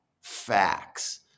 facts